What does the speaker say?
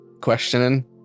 questioning